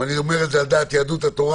אני אומר את זה על דעת יהדות התורה